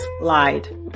lied